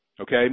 Okay